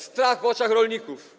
Strach w oczach rolników.